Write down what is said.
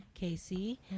Casey